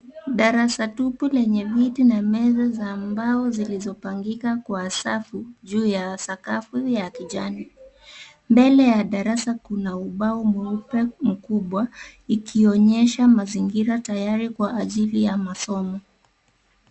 Darasa tupu lenye viti na meza za mbao zilizopangika kwa safu juu ya sakafu ya kijani. Mbele ya darasa kuna ubao mweupe mkubwa, ikionyesha mazingira tayari kwa ajili ya masomo.